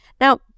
Now